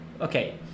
Okay